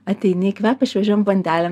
ateini kvepia šviežiom bandelėm